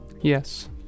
Yes